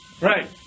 Right